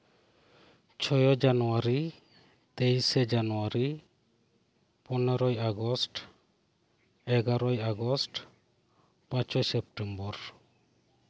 ᱛᱩᱨᱩᱭ ᱟᱱᱟᱜ ᱡᱟᱱᱩᱣᱟᱨᱤ ᱵᱟᱜᱮᱯᱮ ᱡᱟᱱᱩᱣᱟᱨᱤ ᱜᱮᱞᱢᱚᱲᱮ ᱟᱜᱚᱥᱴ ᱜᱮᱞᱢᱤᱫ ᱟᱜᱚᱥᱴ ᱢᱚᱬᱮ ᱥᱮᱯᱴᱮᱢᱵᱚᱨ